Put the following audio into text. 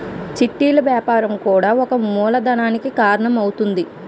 చిట్టీలు వ్యాపారం కూడా ఒక మూలధనానికి కారణం అవుతుంది